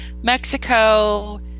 Mexico